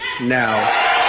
now